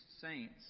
saints